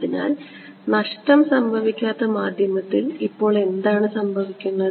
അതിനാൽ നഷ്ടം സംഭവിക്കാത്ത മാധ്യമത്തിൽ ഇപ്പോൾ എന്താണ് സംഭവിക്കുന്നത്